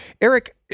Eric